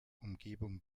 umgebung